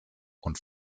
und